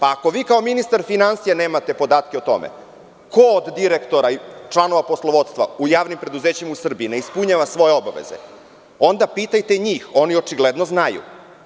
Ako vi kao ministar finansija nemate podatke o tome ko od direktora i članova poslovodstva u javnim preduzećima u Srbiji ne ispunjava svoje obaveze, onda pitajte njih, oni očigledno znaju.